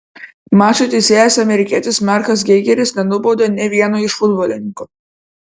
mačo teisėjas amerikietis markas geigeris nenubaudė nė vieno iš futbolininkų